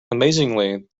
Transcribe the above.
amazingly